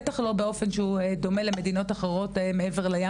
בטח לא באופן שהוא דומה למדינות אחרות מעבר לים.